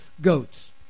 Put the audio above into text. goats